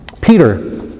Peter